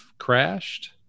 crashed